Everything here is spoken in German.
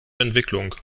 entwicklung